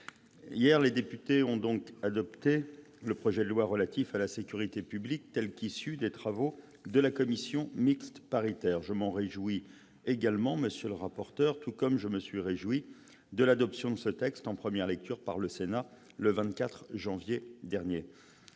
hier, les députés ont adopté le projet de loi relatif à la sécurité publique tel qu'issu des travaux de la commission mixte paritaire. Je m'en réjouis moi aussi, tout comme je me suis réjoui de l'adoption de ce texte en première lecture par le Sénat le 24 janvier dernier.